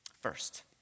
first